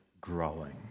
growing